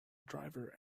driver